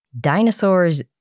Dinosaurs